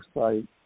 site